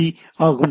B TCP UDP ஆகும்